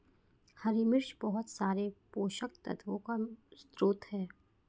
हरी मिर्च बहुत सारे पोषक तत्वों का स्रोत है